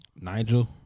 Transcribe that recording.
Nigel